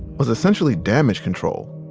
was essentially damage control.